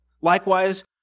Likewise